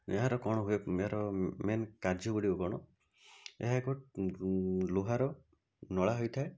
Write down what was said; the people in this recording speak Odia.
ଏହାର କ'ଣ ହୁଏ ଏହାର ମେନ କାର୍ଯ୍ୟ ଗୁଡ଼ିକ କ'ଣ ଏହା ଏକ ଲୁହାର ନଳା ହୋଇଥାଏ